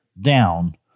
down